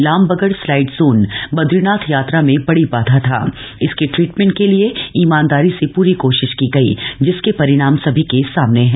Lambagad slide zone Badrinath याप्राध में बड़ी बाध्या थथा इसके ट्रीटमेंट को ईमामदप्री से पूरी कोशिश की गई जिसके परिणाम सभी के सामने हैं